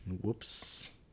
Whoops